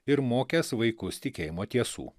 ir mokęs vaikus tikėjimo tiesų